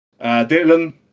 Dylan